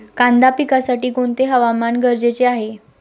कांदा पिकासाठी कोणते हवामान गरजेचे आहे?